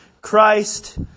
Christ